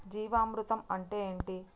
జీవామృతం అంటే ఏంటి?